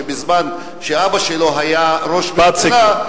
שבזמן שאבא שלו היה ראש ממשלה,